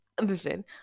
listen